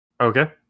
Okay